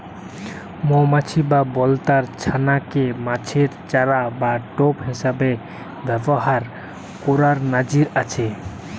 মউমাছি বা বলতার ছানা কে মাছের চারা বা টোপ হিসাবে ব্যাভার কোরার নজির আছে